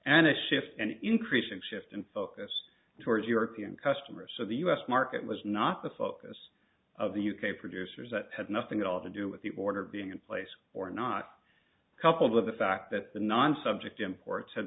and a shift an increasing shift in focus towards european customers so the u s market was not the focus of the u k producers that had nothing at all to do with the order being in place or not coupled with the fact that the non subject imports ha